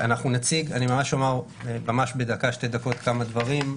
אני ממש אומר בדקה-שתי דקות כמה דברים,